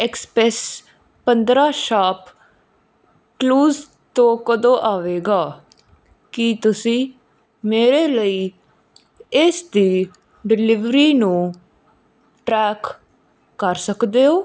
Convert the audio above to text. XPS ਪੰਦਰ੍ਹਾਂ ShopClues ਤੋਂ ਕਦੋਂ ਆਵੇਗਾ ਕੀ ਤੁਸੀਂ ਮੇਰੇ ਲਈ ਇਸ ਦੀ ਡਿਲਿਵਰੀ ਨੂੰ ਟਰੈਕ ਕਰ ਸਕਦੇ ਹੋ